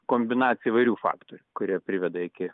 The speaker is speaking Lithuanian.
kombinacija įvairių faktorių kurie priveda iki